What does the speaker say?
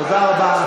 תודה רבה.